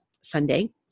Sunday